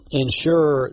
ensure